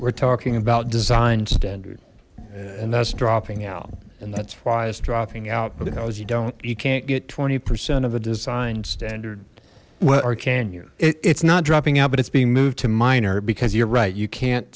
we're talking about design standard and that's dropping out and that's why is dropping out because you don't you can't get twenty percent of a design standard what or can you it's not dropping out but it's being moved to minor because you're right you can't